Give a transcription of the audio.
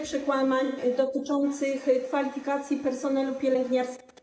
przekłamań dotyczących kwalifikacji personelu pielęgniarskiego.